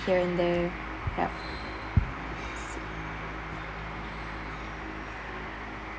here and there yup